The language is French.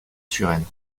suresnes